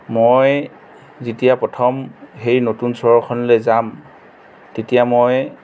মই যেতিয়া প্ৰথম সেই নতুন চহৰখনলৈ যাম তেতিয়া মই